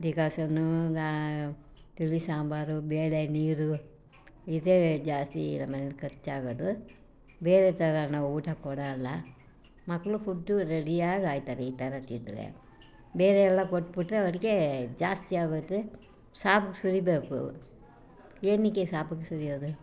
ಡಿಕಾಸನ್ನು ತಿಳಿ ಸಾಂಬಾರು ಬೇಳೆ ನೀರು ಇದೇ ಜಾಸ್ತಿ ನಮ್ಮನೆಯಲ್ಲಿ ಖರ್ಚಾಗೋದು ಬೇರೆ ಥರ ನಾವು ಊಟ ಕೊಡೋಲ್ಲ ಮಕ್ಕಳು ಕುದ್ದು ರೆಡಿಯಾಗಿ ಆಗ್ತಾರೆ ಈ ಥರ ತಿಂದರೆ ಬೇರೆಯೆಲ್ಲ ಕೊಟ್ಬಿಟ್ರೆ ಅವರಿಗೆ ಜಾಸ್ತಿ ಆಗೋಗ್ತದೆ ಸಾಪಿಗೆ ಸುರಿಬೇಕು ಏನಕ್ಕೆ ಸಾಪಿಗೆ ಸುರಿಯೋದು